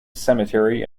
cemetery